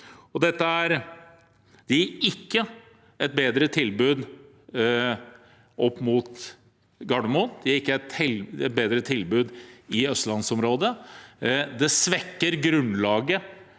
Dette gir ikke et bedre tilbud opp mot Gardermoen, det gir ikke et bedre tilbud i Østlands-området. Det svekker også grunnlaget